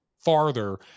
farther